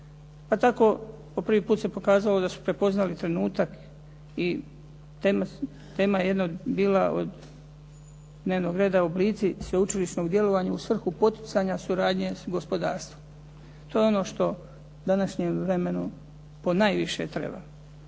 Pa tako po prvi put se pokazalo da su prepoznali trenutak i tema je jedna bila od dnevnog reda oblici sveučilišnog djelovanja u svrhu poticanja suradnje s gospodarstvom. To je ono što današnjem vremenu ponajviše treba.